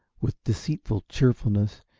with deceitful cheerfulness,